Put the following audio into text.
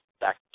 back